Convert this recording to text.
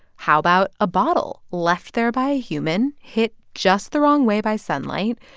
how about a bottle, left there by human, hit just the wrong way by sunlight?